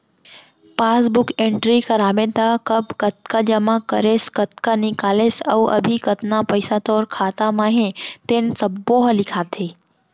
passbook entry कराबे त कब कतका जमा करेस, कतका निकालेस अउ अभी कतना पइसा तोर खाता म हे तेन सब्बो ह लिखाथे